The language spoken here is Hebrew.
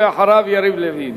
ואחריו, חבר הכנסת יריב לוין.